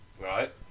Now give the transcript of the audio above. Right